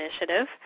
initiative